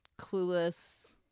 clueless